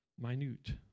minute